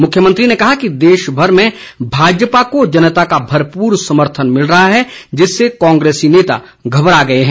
मुख्यमंत्री ने कहा कि देशभर में भाजपा को जनता का भरपूर समर्थन मिल रहा है जिससे कांग्रेसी नेता घबरा गए हैं